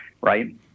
right